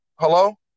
Hello